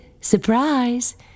Surprise